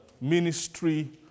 ministry